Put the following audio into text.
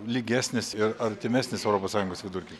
lygesnis ir artimesnis europos sąjungos vidurkiui